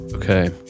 Okay